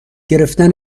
گرفتن